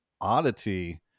oddity